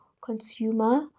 consumer